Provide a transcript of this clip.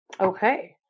Okay